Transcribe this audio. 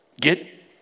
Get